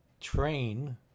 train